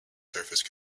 surface